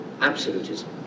absolutism